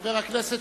רבותי חברי הכנסת,